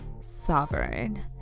sovereign